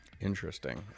interesting